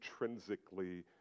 intrinsically